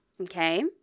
Okay